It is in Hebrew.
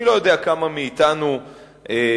אני לא יודע כמה מאתנו התנסו,